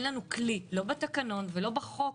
אין לנו כלי- לא בתקנון ולא בחוק,